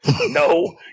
no